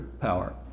power